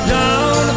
down